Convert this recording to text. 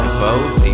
foes